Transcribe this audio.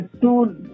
two